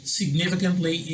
significantly